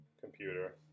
computer